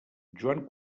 joan